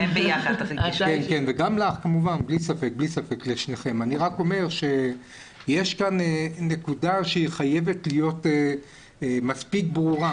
אני רק אומר שיש כאן נקודה שחייבת להיות מספיק ברורה.